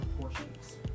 proportions